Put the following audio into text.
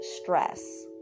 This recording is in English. stress